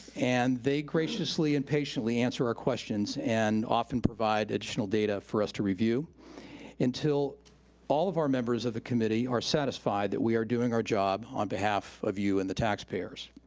and they graciously and patiently answer our questions and often provide additional data for us to review until all of our members of the committee are satisfied that we are doing our job on behalf of you and the taxpayers.